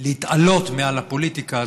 להתעלות מעל הפוליטיקה הזאת,